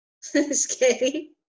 scary